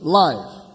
life